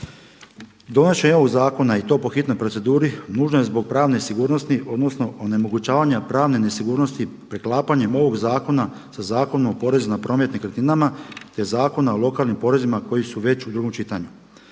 Donošenje ovog zakona i to po hitnoj proceduri, nužno je zbog pravne sigurnosti odnosno onemogućavanja pravne nesigurnosti preklapanjem ovog zakona sa Zakonom o porezu na promet nekretninama, te Zakona o lokalnim porezima koji su već u drugom čitanju.